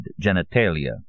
genitalia